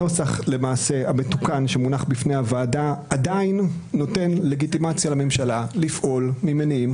הנוסח המתוקן שמונח בפני הוועדה עדיין נותן לגיטימציה לממשלה לפעול ממניעים